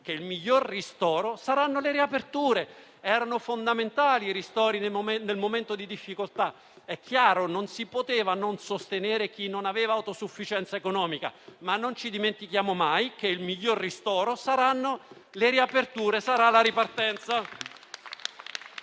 che il miglior ristoro saranno le riaperture. Erano fondamentali i ristori nel momento di difficoltà ed è chiaro che non si poteva non sostenere chi non aveva autosufficienza economica, ma non dimentichiamoci mai che il miglior ristoro saranno le riaperture, sarà la ripartenza